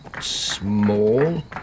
Small